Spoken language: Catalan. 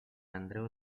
andreu